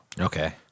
Okay